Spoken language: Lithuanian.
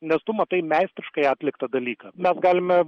nes tu matai meistriškai atliktą dalyką mes galime